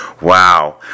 Wow